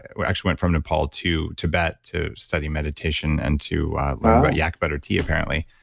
actually went from nepal to tibet to study meditation and to learn about yak butter tea apparently.